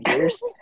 years